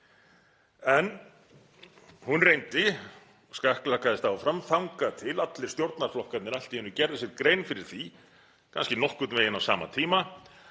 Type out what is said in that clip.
En hún reyndi, skakklappaðist áfram þangað til allir stjórnarflokkarnir allt í einu gerðu sér grein fyrir því, kannski nokkurn veginn á sama tíma,